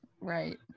right